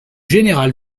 général